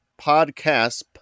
podcast